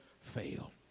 fail